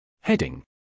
Heading